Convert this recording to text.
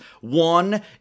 One